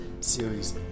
series